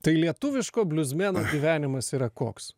tai lietuviško bliuzmeno gyvenimas yra koks